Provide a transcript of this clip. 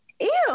ew